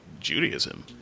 Judaism